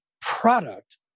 product